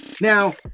Now